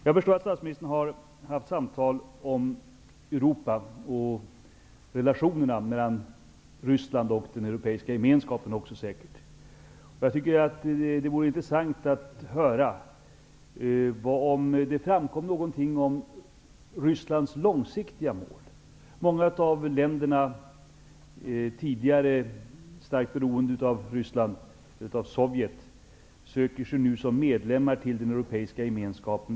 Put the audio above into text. Jag förstår att statsministern har fört samtal om Europa och säkert också om relationerna mellan Ryssland och den europeiska gemenskapen. Det vore intressant att höra om det framkom någonting om Rysslands långsiktiga mål. Många av länderna som tidigare var starkt beroende av Sovjetunionen söker sig nu som medlemmar till den europeiska gemenskapen.